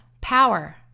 power